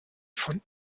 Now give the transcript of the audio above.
von